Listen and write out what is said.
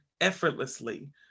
effortlessly